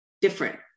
different